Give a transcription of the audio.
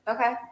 okay